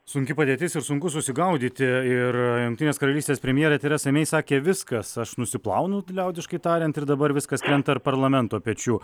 sunki padėtis ir sunku susigaudyti ir jungtinės karalystės premjerė teresa mei sakė viskas aš nusiplaunu liaudiškai tariant ir dabar viskas krenta ant parlamento pečių